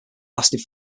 lasted